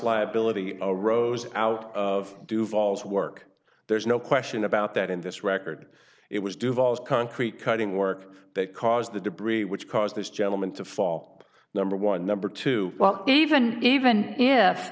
liability arose out of duvall's work there's no question about that in this record it was duvall's concrete cutting work that caused the debris which caused this gentleman to fall number one number two well even even if